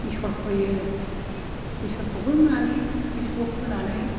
बेसर फोयो बेसरखौबो माने बेसरखौ फोनानै